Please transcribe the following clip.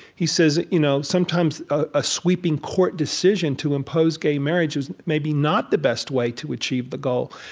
he says you know sometimes a sweeping court decision to impose gay marriage is maybe not the best way to achieve the goal.